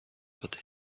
what